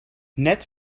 net